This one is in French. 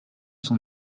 son